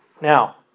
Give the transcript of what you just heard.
Now